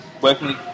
working